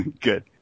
Good